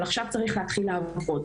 אבל עכשיו צריך להתחיל לעבוד.